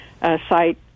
site